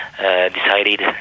decided